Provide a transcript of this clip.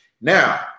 Now